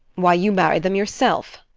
why, you married them yourself.